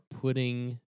putting